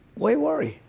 why worry?